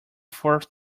fourth